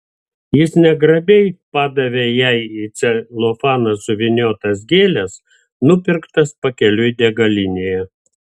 jis negrabiai padavė jai į celofaną suvyniotas gėles nupirktas pakeliui degalinėje